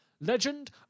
Legend